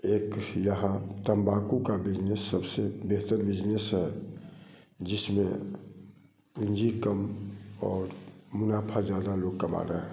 एक यहाँ तँबाकू का बिजनेस सबसे बेहतर बिजनेस है जिसमें पूँजी कम और मुनाफा ज़्यादा लोग कमा रहे